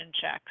checks